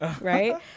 right